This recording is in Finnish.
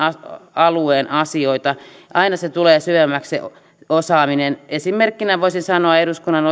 alueen asioita aina se osaaminen tulee syvemmäksi esimerkkinä voisin sanoa eduskunnan